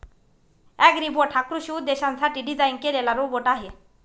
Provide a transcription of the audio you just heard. Agribot हा कृषी उद्देशांसाठी डिझाइन केलेला रोबोट आहे